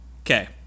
Okay